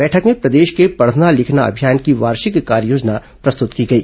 बैठक में प्रदेश के पढना लिखना अभियान की वार्षिक कार्ययोजना प्रस्तुत की गई